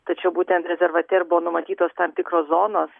tačiau būtent rezervate ir buvo numatytos tam tikros zonos